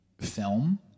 film